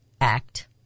act